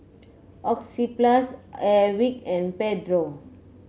Oxyplus Airwick and Pedro